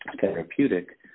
therapeutic